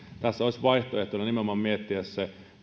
tässä olisi vaihtoehtona nimenomaan miettiä se